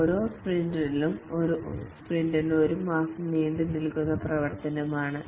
ഓരോ സ്പ്രിന്റിലും ഒരു സ്പ്രിന്റ് ഒരു മാസം നീണ്ടുനിൽക്കുന്ന പ്രവർത്തനമാണ്